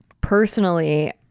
personally